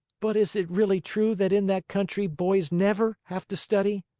but is it really true that in that country boys never have to study?